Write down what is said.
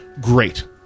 great